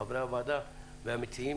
חברי הוועדה והמציעים